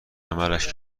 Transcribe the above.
عملش